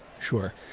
Sure